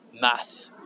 math